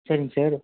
சரிங்க சார்